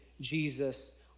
Jesus